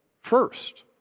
first